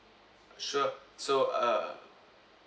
sure so uh